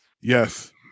Yes